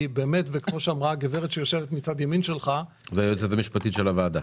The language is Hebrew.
כמו שאמרה היועצת המשפטית של הוועדה,